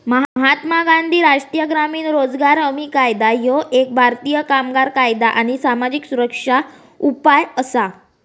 महात्मा गांधी राष्ट्रीय ग्रामीण रोजगार हमी कायदा ह्यो एक भारतीय कामगार कायदा आणि सामाजिक सुरक्षा उपाय असा